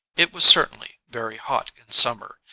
it was certainly very hot in summer,